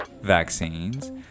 vaccines